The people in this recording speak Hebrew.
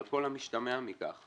על כל המשתמע מכך.